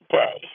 day